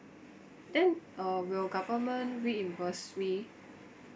then uh will government reimburse me